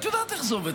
את יודעת איך זה עובד.